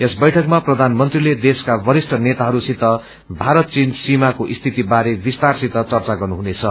यस बैठकमा प्रधानमन्त्रीले देशक्व वरिष्ठ नेताहरूसित भारत चीन सीमाको सियति बारे विस्तारसित चर्चा गर्नुहुनेछ